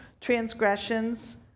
transgressions